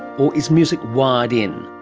or is music wired in?